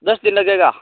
दस दिन लगेगा